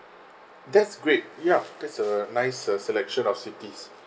that's great ya that's a nice uh selection of cities